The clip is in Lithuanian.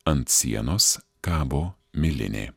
ant sienos kabo milinė